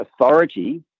Authority